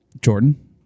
Jordan